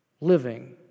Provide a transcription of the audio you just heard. living